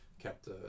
kept